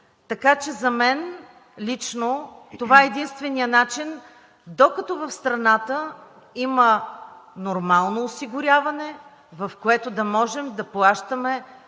Така че за мен лично това е единственият начин, докато в страната има нормално осигуряване, в което да можем да плащаме